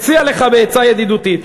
מציע לך עצה ידידותית.